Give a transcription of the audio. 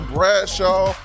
Bradshaw